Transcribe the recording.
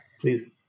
please